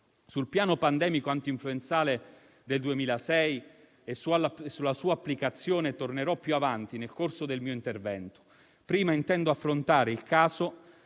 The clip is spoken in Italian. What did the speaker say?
Sul piano pandemico antinfluenzale del 2006 e sulla sua applicazione tornerò più avanti, nel corso del mio intervento. Prima intendo affrontare il caso